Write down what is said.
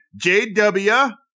JW